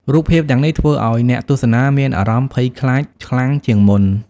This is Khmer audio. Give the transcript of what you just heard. រូបភាពទាំងនេះធ្វើឲ្យអ្នកទស្សនាមានអារម្មណ៍ភ័យខ្លាចខ្លាំងជាងមុន។